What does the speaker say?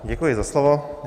Děkuji za slovo.